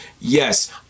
yes